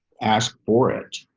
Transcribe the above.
ask for it.